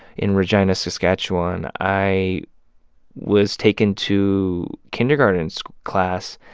in regina, saskatchewan, i was taken to kindergarten so class.